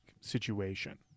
situation